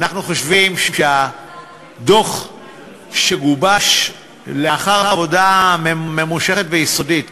אנחנו חושבים שהדוח שגובש לאחר עבודה ממושכת ויסודית,